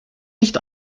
nicht